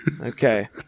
Okay